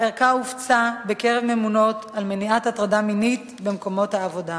הערכה הופצה בקרב ממונות על מניעת הטרדה מינית במקומות העבודה.